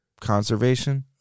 conservation